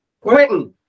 quentin